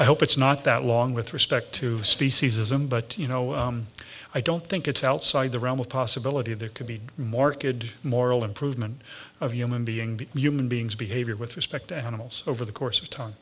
i hope it's not that long with respect to speciesism but you know i don't think it's outside the realm of possibility there could be marketed moral improvement of human being human beings behavior with respect animals over the course of time